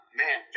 man